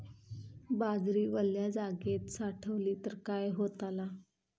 बाजरी वल्या जागेत साठवली तर काय होताला?